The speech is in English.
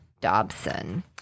Dobson